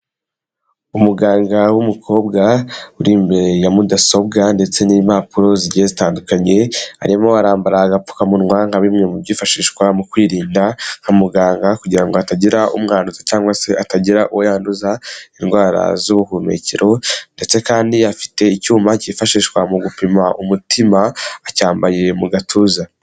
Umuganga w'umukobwa, uri imbere ya mudasobwa ndetse n'impapuro zigiye zitandukanye, arimo arambara agapfukamunwa nka bimwe mu byifashishwa mu kwirinda nka muganga kugira ngo hatagira umwanduzi cyangwa se atagira uwo yanduza indwara z'ubuhumekero ndetse kandi afite icyuma cyifashishwa mu gupima umutima, acyambaye mu gatuza.